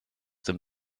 them